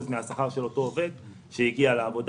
מן השכר של אותו עובד שהגיע לעבודה.